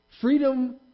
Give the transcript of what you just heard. freedom